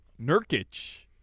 Nurkic